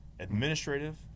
Administrative